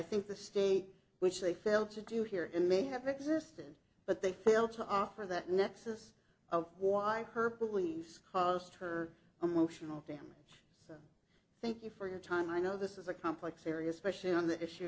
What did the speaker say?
think the state which they failed to do here in may have existed but they failed to offer that nexus of why her beliefs caused her emotional damage thank you for your time i know this is a complex area especially on the issue